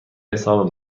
حساب